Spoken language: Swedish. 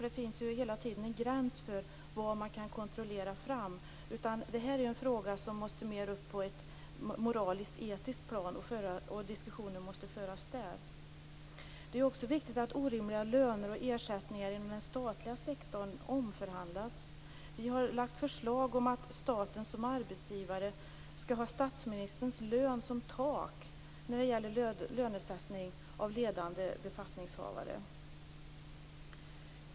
Det finns ju hela tiden en gräns för vad som så att säga kan kontrolleras fram. Frågan måste mera upp på ett moralisk-etiskt plan. Det är där som diskussionen måste föras. Vidare är det viktigt att orimliga löner och ersättningar inom den statliga sektorn omförhandlas. Vi har lagt fram förslag om att staten som arbetsgivare skall ha statsministerns lön som tak när det gäller lönesättning för ledande befattningshavare.